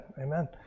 amen